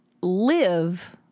live